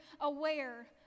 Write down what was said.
aware